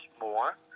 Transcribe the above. more